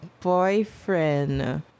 boyfriend